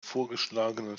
vorgeschlagenen